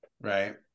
right